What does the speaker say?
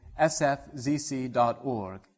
sfzc.org